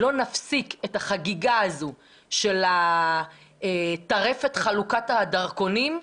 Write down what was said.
לא נפסיק את החגיגה הזאת של טרפת חלוקת הדרכונים,